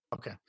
Okay